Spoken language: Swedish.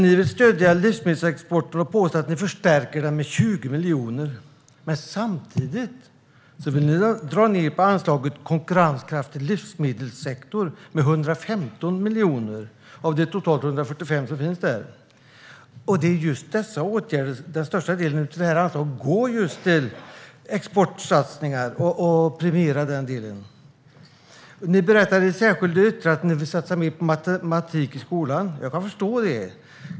Ni vill stödja livsmedelsexporten och påstår att ni förstärker den med 20 miljoner. Men samtidigt vill ni dra ned på anslaget Konkurrenskraftig livsmedelssektor med 115 miljoner av de totalt 145 som finns där. Den största delen av det här anslaget går just till att premiera exportsatsningar. Ni berättade i ett särskilt yttrande att ni vill satsa mer på matematikundervisning i skolan. Jag kan förstå det.